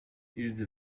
ilse